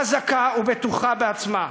חזקה ובטוחה בעצמה.